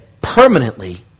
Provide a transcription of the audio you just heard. permanently